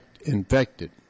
infected